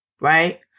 right